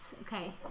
Okay